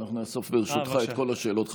ברשותך, אנחנו נאסוף את כל השאלות.